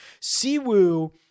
Siwoo